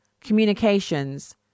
communications